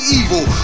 evil